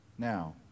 Now